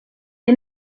est